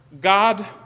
god